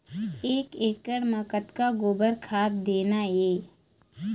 एक एकड़ म कतक गोबर खाद देना ये?